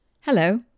Hello